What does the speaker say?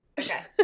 Okay